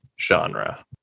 genre